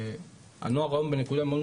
הנוער היום בנקודה מאוד,